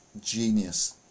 genius